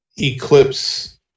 eclipse